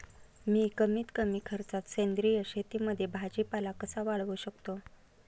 मी कमीत कमी खर्चात सेंद्रिय शेतीमध्ये भाजीपाला कसा वाढवू शकतो?